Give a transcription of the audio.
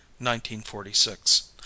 1946